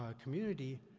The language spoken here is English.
ah community,